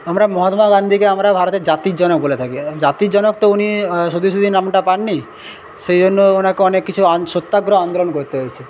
আমরা মহাত্মা গান্ধীকে আমরা ভারতের জাতির জনক বলে থাকি এবং জাতির জনক তো উনি শুধুশুধুই নামটা পাননি সে জন্য ওনাকে অনেক কিছু আন সত্যাগ্রহ আন্দোলন করতে হয়েছে